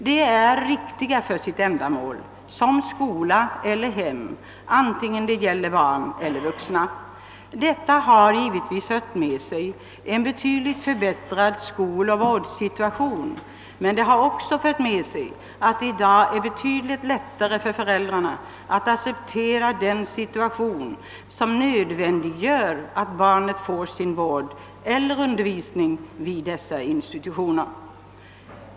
De är riktiga för sitt ändamål som skola eller hem, vare sig det gäller barn eller vuxna. Detta har givetvis fört med sig en betydligt förbättrad skoloch vårdsituation, men det har också fört med sig att det i dag är betydligt lättare för föräldrarna att acceptera den situation som nödvändiggör att barnen får sin vård eller undervisning vid dessa institutioner.